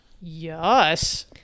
yes